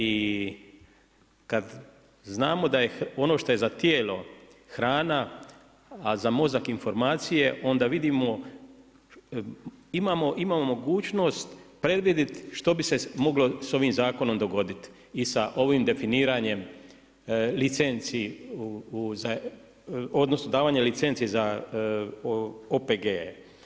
I kad znamo da ono što je za tijelo hrana, a za mozak informacije, onda vidimo, imamo, imamo mogućnost predvidjeti što bi se moglo sa ovim zakonom dogoditi i sa ovim definiranjem licenci odnosno davanja licenci za OPG-e.